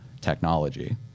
technology